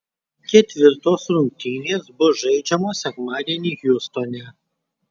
ketvirtos rungtynės bus žaidžiamos sekmadienį hjustone